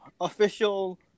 official